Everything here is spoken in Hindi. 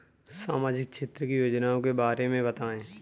सामाजिक क्षेत्र की योजनाओं के बारे में बताएँ?